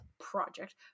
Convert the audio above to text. project